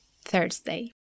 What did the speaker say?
Thursday